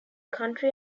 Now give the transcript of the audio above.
country